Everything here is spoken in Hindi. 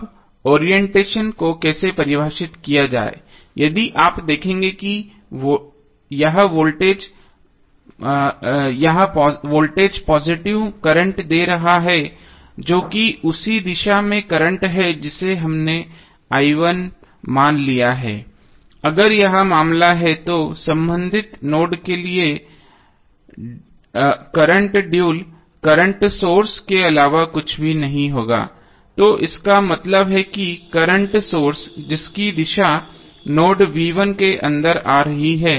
अब ओरिएंटेशन को कैसे परिभाषित किया जाएगा यदि आप देखेंगे कि वोल्टेज यह वोल्टेज पॉजिटिव करंट दे रहा है जो कि उसी दिशा में करंट है जिसे हमने मान लिया है अगर यह मामला है तो संबंधित नोड के लिए करंट ड्यूल करंट सोर्स के अलावा कुछ नहीं होगा तो इसका मतलब है कि करंट सोर्स जिसकी दिशा नोड के अंदर जा रही है